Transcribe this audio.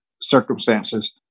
circumstances